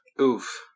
Oof